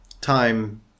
time